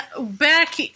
back